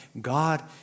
God